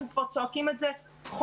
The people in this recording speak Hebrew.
אנחנו כבר צועקים את זה חודש.